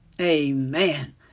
Amen